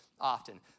often